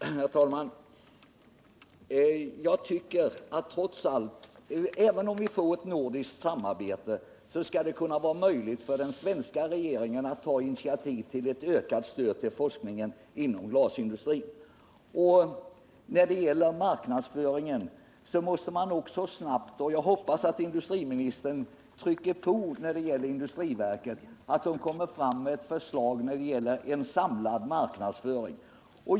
Herr tal nan! Jag tycker trots allt att — även om vi får ett nordiskt samarbete —det skall kunna vara möjligt för den svenska regeringen att ta initiativ till ett ökat stöd till forskningen inom glasindustrin. När det gäller marknadsföringen måste man också handla snabbt, och jag hoppas att industriministern trycker på industriverket, så att verket kommer fram med förslag när det gäller en samlad marknadsföring.